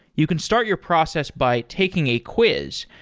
you can start your process by taking a quiz,